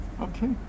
Okay